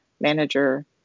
manager